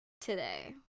today